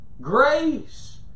Grace